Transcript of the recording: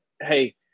hey